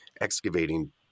excavating